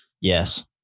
Yes